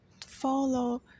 follow